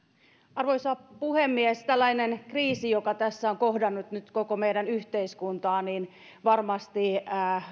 arvoisa puhemies tällainen kriisi joka tässä on kohdannut nyt koko meidän yhteiskuntaamme varmasti